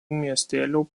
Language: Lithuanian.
miestelio